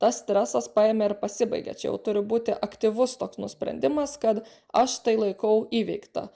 tas stresas paėmė ir pasibaigė čia jau turi būti aktyvus toks nusprendimas kad aš tai laikau įveiktą